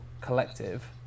collective